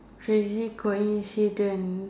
crazy coincidence